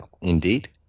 Indeed